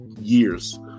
years